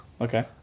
Okay